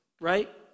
right